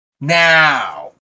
Now